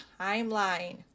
timeline